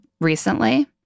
recently